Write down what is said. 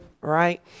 right